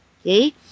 okay